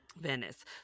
Venice